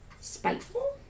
spiteful